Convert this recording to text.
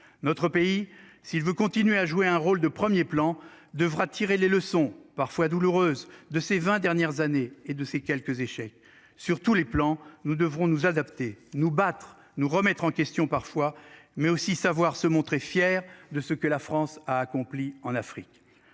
notre pays s'il veut continuer à jouer un rôle de 1er plan devra tirer les leçons parfois douloureuse de ces 20 dernières années et de ces quelques échecs sur tous les plans, nous devrons nous adapter nous battre nous remettre en question parfois mais aussi savoir se montrer fier de ce que la France a accompli en Afrique.